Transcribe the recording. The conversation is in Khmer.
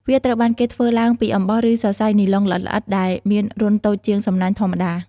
វាត្រូវបានគេធ្វើឡើងពីអំបោះ ឬសរសៃនីឡុងល្អិតៗ ដែលមានរន្ធតូចជាងសំណាញ់ធម្មតា។